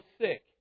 sick